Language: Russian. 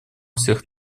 всех